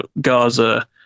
gaza